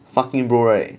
fucking bro right